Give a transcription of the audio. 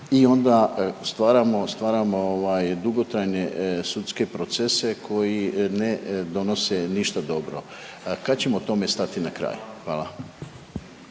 stvaramo ovaj dugotrajne sudske procese koji ne donose ništa dobro, kad ćemo tome stati na kraj? Hvala.